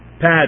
pad